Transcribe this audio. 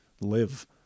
live